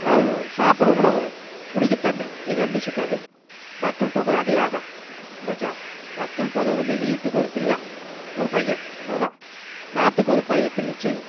அதாவது சாப்பிட உணவு குடிக்க தண்ணி இது ரெண்டு சிக்காது மக்கள் தொகை அதியாக போட்டாச்சா மக்கள் தொகை வந்து வீட்டுக்கு ஒரு பிள்ளை ஒரு பையன் இவ்வளோ தான் நாட்டுக்கு ஒரு பை பிள் சீ